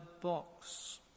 box